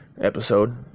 episode